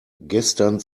gestern